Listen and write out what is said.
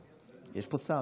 יש פה שר.